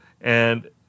and-